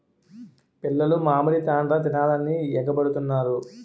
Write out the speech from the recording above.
పిల్లలు మామిడి తాండ్ర తినాలని ఎగబడుతుంటారు